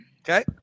Okay